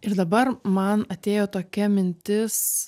ir dabar man atėjo tokia mintis